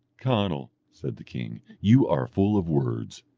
conall, said the king, you are full of words.